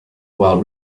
while